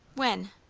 when?